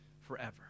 forever